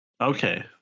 Okay